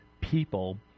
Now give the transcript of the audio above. people